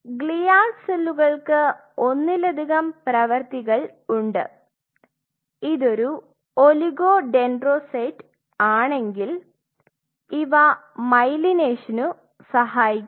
glial സെല്ലുകൾക്ക് ഒന്നിലധികം പ്രവർത്തികൾ ഉണ്ട് ഇതൊരു ഒളിഗോഡെൻഡ്രോസൈറ്റ് ആണെങ്കിൽ ഇവ മൈലൈനേഷനു സഹായിക്കും